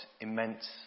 immense